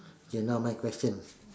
okay now my question